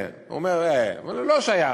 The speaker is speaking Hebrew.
הוא אומר: אבל הוא לא שייך.